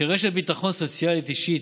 כרשת ביטחון סוציאלית אישית,